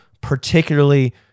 particularly